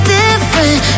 different